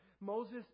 Moses